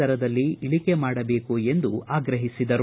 ದರದಲ್ಲಿ ಇಳಕೆ ಮಾಡಬೇಕು ಎಂದು ಆಗ್ರಹಿಸಿದರು